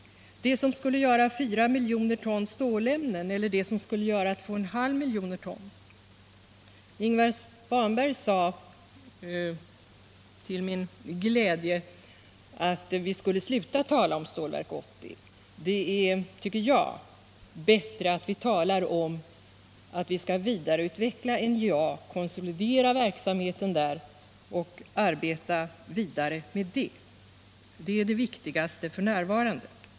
Det som skulle göra 4 miljoner ton stålämnen eller det som skulle göra 2,5 miljoner ton? Ingvar Svanberg sade till min glädje att vi skulle sluta tala om Stålverk 80. Det är, tycker jag, bättre att vi talar om att vi skall vidareutveckla NJA och konsolidera verksamheten där. Det är det viktigaste f.n.